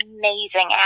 amazing